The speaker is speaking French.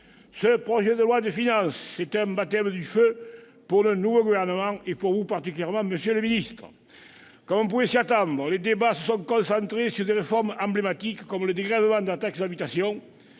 Ce projet de loi de finances est un baptême du feu pour le nouveau gouvernement, en particulier pour vous, monsieur le secrétaire d'État. Comme on pouvait s'y attendre, les débats se sont concentrés sur des réformes emblématiques, comme le dégrèvement de la taxe d'habitation.